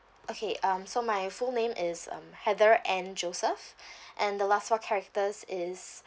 okay um so my full name is um heather ann joseph and the last four characters is